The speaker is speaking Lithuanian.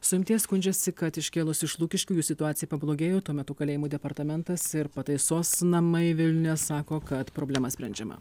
suimtieji skundžiasi kad iškėlus iš lukiškių jų situacija pablogėjo tuo metu kalėjimų departamentas ir pataisos namai vilniuje sako kad problema sprendžiama